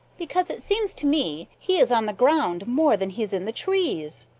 because it seems to me he is on the ground more than he's in the trees,